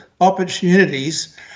opportunities